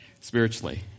spiritually